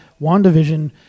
WandaVision